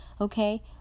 okay